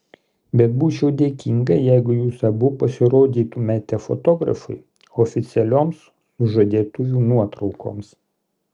bet būčiau dėkinga jeigu jūs abu pasirodytumėte fotografui oficialioms sužadėtuvių nuotraukoms